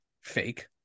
fake